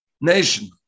nation